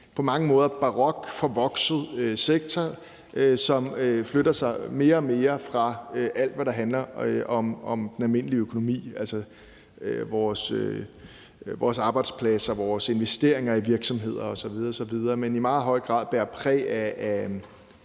på mange måder barok, forvokset sektor, som flytter sig mere og mere fra alt, hvad der handler om den almindelige økonomi, altså vores arbejdspladser, vores investeringer i virksomheder osv. osv., og i meget høj grad bærer præg af